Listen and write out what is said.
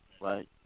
right